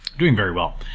doing very well.